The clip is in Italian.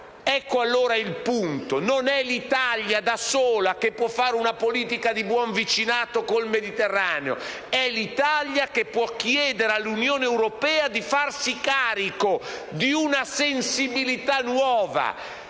Ecco allora il punto: non è l'Italia da sola che può fare una politica di buon vicinato con i Paesi che si affacciano sul Mediterraneo, ma è l'Italia che può chiedere all'Unione europea di farsi carico di una sensibilità nuova.